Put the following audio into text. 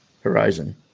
horizon